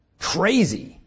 Crazy